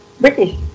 British